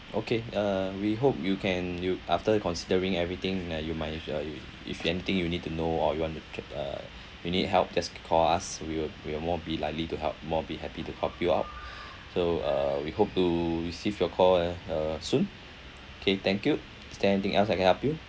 okay uh we hope you can you after considering everything uh you might if uh you if anything you need to know or you want to uh you need help just call us we will we will more be likely to help more be happy to help you out so uh we hope to receive your call uh uh soon kay thank you is there anything else I can help you